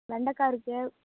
வெண்டக்காய் இருக்குது